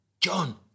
John